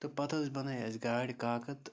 تہٕ پَتہٕ حظ بَنٲے اَسہِ گاڑِ کاکَد تہٕ